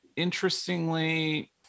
interestingly